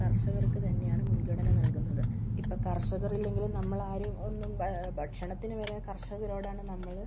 കർഷകർക്ക് തന്നെയാണ് മുൻഗണന നൽകുന്നത് ഇപ്പം കർഷകരില്ലെങ്കിലും നമ്മളാരും ഒന്നും ഭ ഭക്ഷണത്തിന് വരെ കർഷകരോടാണ് നമ്മൾ